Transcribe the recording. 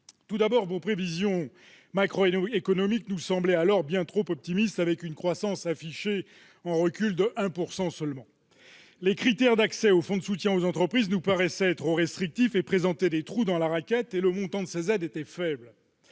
les ministres, vos prévisions macroéconomiques nous semblaient alors bien trop optimistes, avec une croissance affichée en recul de 1 % seulement. Les critères d'accès au fonds de soutien aux entreprises nous paraissaient trop restrictifs et présentaient des « trous dans la raquette ». Par ailleurs, le montant de ces aides était faible.